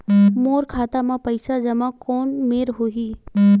मोर खाता मा पईसा जमा कोन मेर होही?